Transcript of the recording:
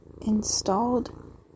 installed